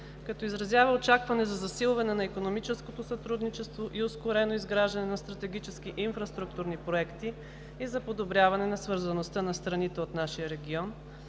Като изразява очакване за засилване на икономическото сътрудничество и ускорено изграждане на стратегически инфраструктурни проекти и за подобряване на свързаността на страните от нашия регион;